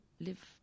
live